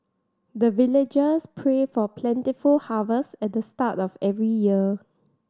the villagers pray for plentiful harvest at the start of every year